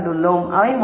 அவை 1